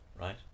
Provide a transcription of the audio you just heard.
right